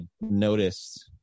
noticed